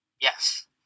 Yes